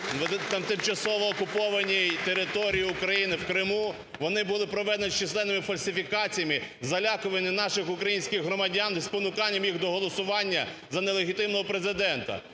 на тимчасово окупованій території України в Криму, вони проведені з численними фальсифікаціями, залякуваннями наших українських громадян і спонуканням їх до голосування за нелегітимного Президента.